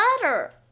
butter